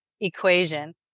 equation